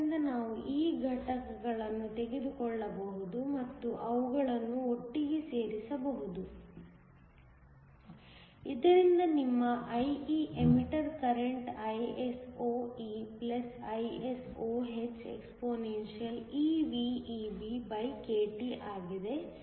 ಆದ್ದರಿಂದ ನಾವು ಈ ಘಟಕಗಳನ್ನು ತೆಗೆದುಕೊಳ್ಳಬಹುದು ಮತ್ತು ಅವುಗಳನ್ನು ಒಟ್ಟಿಗೆ ಸೇರಿಸಬಹುದು ಇದರಿಂದ ನಿಮ್ಮ IE ಎಮಿಟರ್ ಕರೆಂಟ್ ISOeISOhexpeVEBkT ಆಗಿದೆ